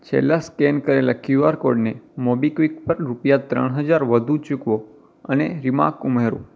છેલ્લાં સ્કેન કરેલાં QR code ને મોબીક્વિક પર રૂપિયા ત્રણ હજાર વધુ ચૂકવો અને રીમાર્ક ઉમેરો